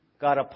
God